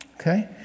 Okay